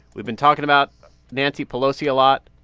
we've been talking about nancy pelosi a lot.